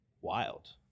wild